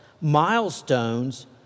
milestones